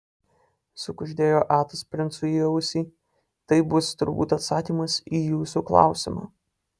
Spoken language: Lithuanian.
sukuždėjo atas princui į ausį tai bus turbūt atsakymas į jūsų klausimą